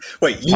wait